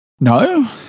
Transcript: No